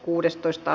asia